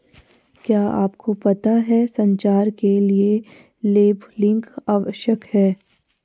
क्या आपको पता है संचार के लिए लेबलिंग आवश्यक है?